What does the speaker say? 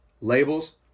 Labels